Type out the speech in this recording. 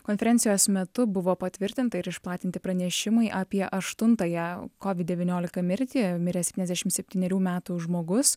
konferencijos metu buvo patvirtinta ir išplatinti pranešimai apie aštuntąją covid devyniolika mirtį mirė septyniasdešimt septynerių metų žmogus